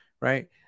right